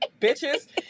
bitches